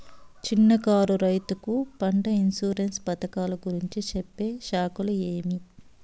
చిన్న కారు రైతుకు పంట ఇన్సూరెన్సు పథకాలు గురించి చెప్పే శాఖలు ఏవి?